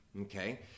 okay